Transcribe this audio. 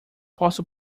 posso